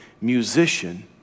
musician